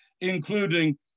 including